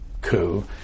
coup